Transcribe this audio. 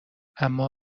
اما